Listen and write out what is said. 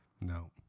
No